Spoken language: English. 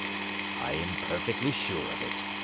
i am perfectly sure of it,